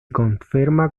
conferma